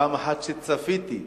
פעם אחת, כשצפיתי,